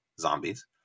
zombies